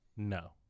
No